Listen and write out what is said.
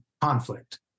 conflict